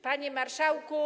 Panie Marszałku!